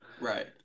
Right